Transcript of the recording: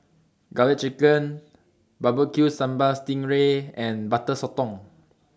Garlic Chicken Bbq Sambal Sting Ray and Butter Sotong